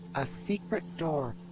a secret door!